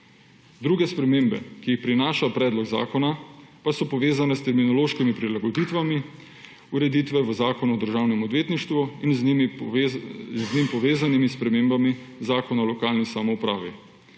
Druge spremembe, ki jih prinaša predlog zakona, so povezane s terminološkimi prilagoditvami ureditve v Zakonu o državnem odvetništvu in z njim povezanimi spremembami Zakona o lokalni samoupravi.